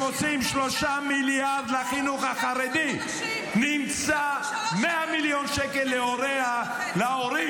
3 מיליארד לחינוך החרדי נמצא 100 מיליון שקל להורים,